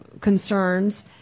concerns